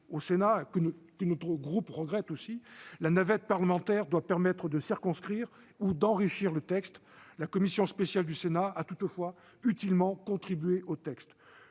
membres de notre groupe déplorent eux aussi, la navette parlementaire devra permettre de circonscrire ou d'enrichir le texte. La commission spéciale du Sénat y a toutefois déjà utilement contribué. Je pense